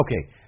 Okay